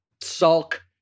sulk